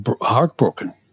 heartbroken